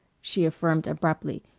she affirmed abruptly.